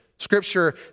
Scripture